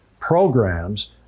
programs